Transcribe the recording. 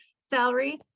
salary